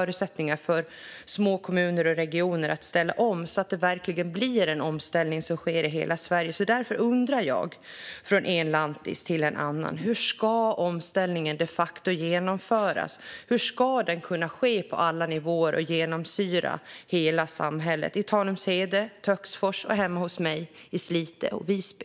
om att ge små kommuner och regioner förutsättningar att ställa om så att det verkligen blir en omställning som sker i hela Sverige. Därför undrar jag, från en lantis till en annan: Hur ska omställningen de facto genomföras? Hur ska den kunna ske på alla nivåer och genomsyra hela samhället i Tanumshede, i Töcksfors och hemma hos mig i Slite och Visby?